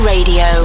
Radio